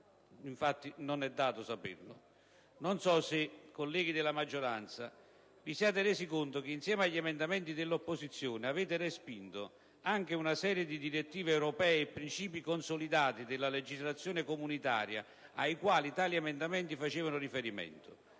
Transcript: Non so se i colleghi della maggioranza si sono resi conto che insieme agli emendamenti dell'opposizione hanno respinto una serie di direttive europee e principi consolidati della legislazione comunitaria ai quali tali emendamenti facevano riferimento.